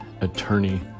attorney